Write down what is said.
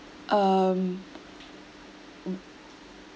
um